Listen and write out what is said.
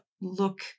look